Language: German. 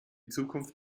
zukunft